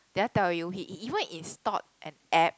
did I tell you he even installed an app